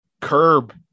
curb